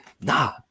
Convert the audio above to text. Nah